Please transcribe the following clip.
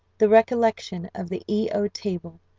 the recollection of the e o table,